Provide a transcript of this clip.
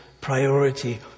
priority